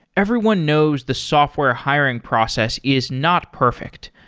everyone knows the software hiring process is not perfect.